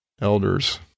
elders